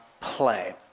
play